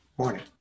morning